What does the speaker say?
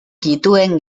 dituen